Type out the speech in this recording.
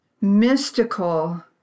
mystical